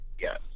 Yes